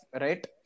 right